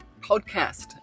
podcast